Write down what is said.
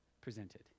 presented